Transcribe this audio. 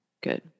Good